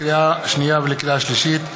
לקריאה שנייה ולקריאה שלישית: